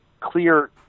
clear